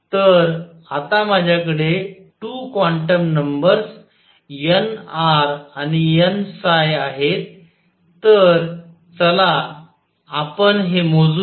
तर आता माझ्याकडे 2 क्वांटम नंबर्स nr आणि n आहेत तर चला आपण हे मोजुया